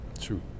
true